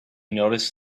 noticed